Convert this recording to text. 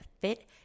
fit